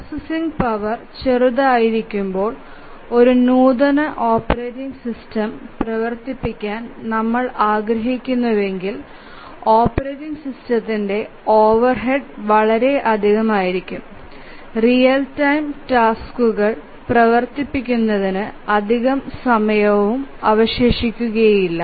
processing power ചെറുതായിരിക്കുമ്പോൾ ഒരു നൂതന ഓപ്പറേറ്റിംഗ് സിസ്റ്റം പ്രവർത്തിപ്പിക്കാൻ നമ്മൾ ആഗ്രഹിക്കുന്നുവെങ്കിൽ ഓപ്പറേറ്റിംഗ് സിസ്റ്റത്തിന്റെ ഓവർഹെഡ് വളരെയധികം ആയിരിക്കും റിയൽ ടൈം ടാസ്ക്കുകൾ പ്രവർത്തിപ്പിക്കുന്നതിന് അതികം സമയവും അവശേഷിക്കുകയില്ല